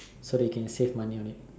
so that you can save money on it